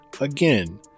Again